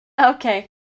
okay